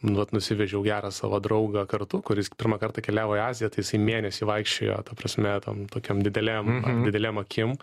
nu vat nusivežiau gerą savo draugą kartu kuris pirmą kartą keliavo į aziją tai jisai mėnesį vaikščiojo ta prasme tom tokiom didelėm didelėm akim